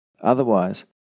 Otherwise